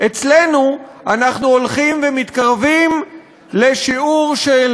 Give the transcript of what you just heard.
אצלנו, אנחנו הולכים ומתקרבים לשיעור של